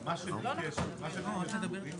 מי נגד?